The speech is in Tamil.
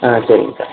ஆ சரிங்கக்கா